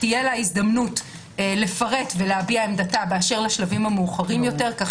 תהיה לה הזדמנות לפרט ולהביע עמדתה באשר לשלבים המאוחרים יותר כך